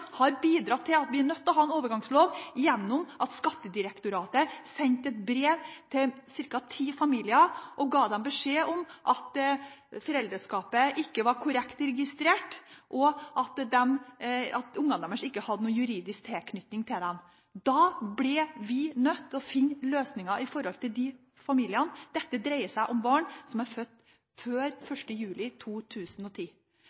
har bidratt til at vi er nødt til å ha en overgangslov gjennom at Skattedirektoratet sendte et brev til ca. ti familier og ga dem beskjed om at foreldreskapet ikke var korrekt registrert, og at ungene deres ikke hadde noen juridisk tilknytning til dem. Da ble vi nødt til å finne løsninger med tanke på de familiene. Dette dreier seg om barn som er født før